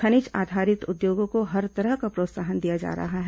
खनिज आधारित उद्योगों को हर तरह का प्रोत्साहन दिया जा रहा है